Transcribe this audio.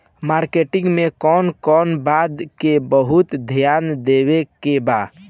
Marketing मे कौन कौन बात के बहुत ध्यान देवे के बा?